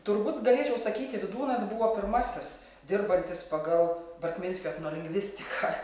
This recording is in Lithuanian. turbūt galėčiau sakyti vydūnas buvo pirmasis dirbantis pagal bartminskio etnolingvistiką